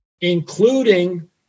including